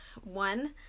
one